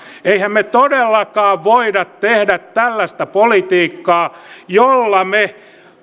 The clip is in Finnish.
emmehän me todellakaan voi tehdä tällaista politiikkaa jolla me